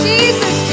Jesus